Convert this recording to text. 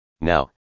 Now